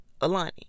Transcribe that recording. Alani